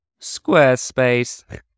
Squarespace